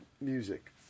music